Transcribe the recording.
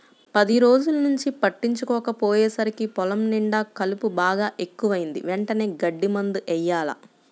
పది రోజుల్నుంచి పట్టించుకోకపొయ్యేసరికి పొలం నిండా కలుపు బాగా ఎక్కువైంది, వెంటనే గడ్డి మందు యెయ్యాల